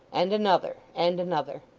and another, and another.